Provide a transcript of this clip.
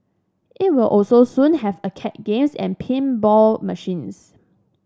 it will also soon have arcade games and pinball machines